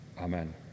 amen